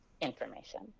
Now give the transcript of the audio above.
information